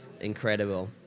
Incredible